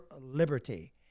liberty